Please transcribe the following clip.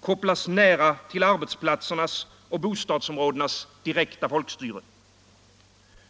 kopplas nära till arbetsplatsernas och bostadsområdenas direkta folkstyre.